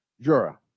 Jura